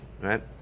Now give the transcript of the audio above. right